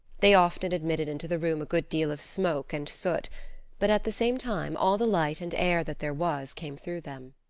they often admitted into the room a good deal of smoke and soot but at the same time all the light and air that there was came through them.